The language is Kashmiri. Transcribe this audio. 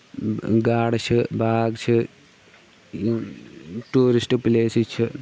گاڈٕ چھِ باغ چھِ یِم ٹوٗرِسٹ پٕلیسز چھِ